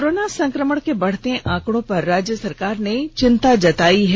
corona संक्रमण के बढ़ते आंकड़ों पर राज्य सरकार ने चिन्ता जतायी है